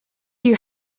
you